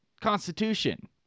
constitution